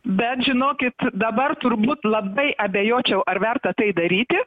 bet žinokit dabar turbūt labai abejočiau ar verta tai daryti